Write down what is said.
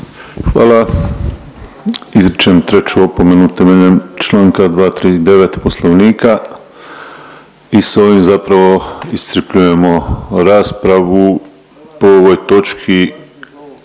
Hvala. Izričem treću opomenu temeljem čl. 239 Poslovnika i s ovim zapravo iscrpljujemo raspravu po ovoj točki